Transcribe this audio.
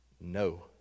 no